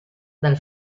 dal